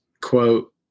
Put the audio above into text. quote